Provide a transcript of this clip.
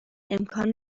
امکان